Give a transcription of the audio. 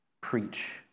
preach